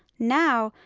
now,